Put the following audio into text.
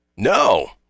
No